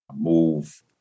move